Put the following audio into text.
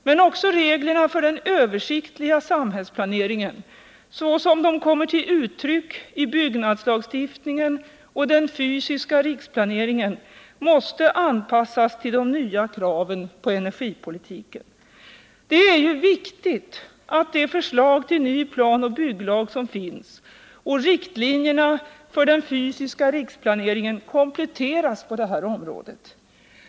Men också reglerna för den översiktliga samhällsplaneringen, såsom de kommer till uttryck i byggnadslagstiftningen och den fysiska riksplaneringen, måste anpassas till de nya kraven på energipolitiken. Det är ju viktigt att det förslag till ny planoch bygglag som finns och riktlinjerna för den fysiska riksplaneringen kompletteras på det här området.